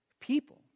people